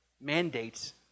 mandates